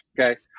Okay